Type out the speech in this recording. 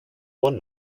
one